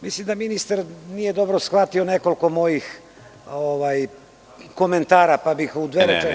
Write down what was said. Mislim da ministar nije dobro shvatio nekoliko mojih komentara, pa bih u dve rečenice.